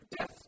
death